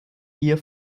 gier